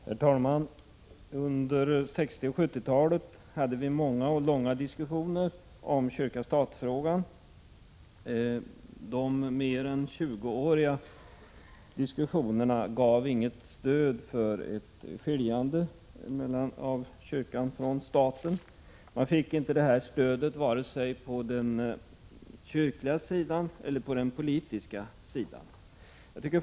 Herr talman! Under 1960 och 1970-talen hade vi många och långa diskussioner om stat-kyrka-frågan. De mer än 20-åriga diskussionerna gav inget stöd för uppfattningen att kyrkan skulle skiljas från staten. Man fick inte det stödet från vare sig den kyrkliga eller politiska sidan.